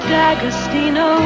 D'Agostino